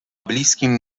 bliskim